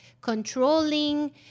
controlling